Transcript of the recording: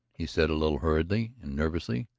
he said a little hurriedly and nervously.